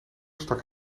stak